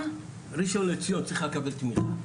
ראשון לציון צריכה לקבל תמיכה?